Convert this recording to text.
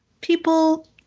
People